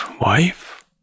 wife